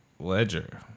Ledger